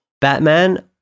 Batman